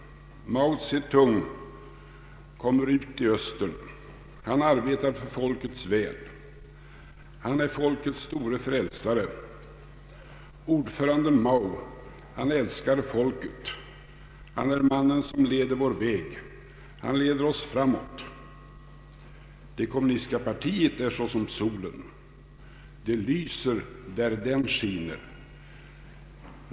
Mao Tse-tung kommer ut i öster. Han arbetar för folkets väl. Han är folkets store frälsare. Ordförande Mao, han älskar folket. Han är mannen som leder vår väg. Han leder oss framåt. Det kommunistiska partiet är såsom solen. Det lyser där den skiner.